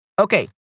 Okay